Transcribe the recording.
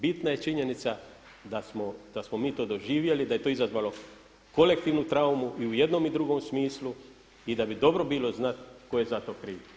Bitna je činjenica da smo mi to doživjeli, da je to izazvalo kolektivnu traumu i u jednom i drugom smislu i da bi bilo dobro znati tko je za to kriv.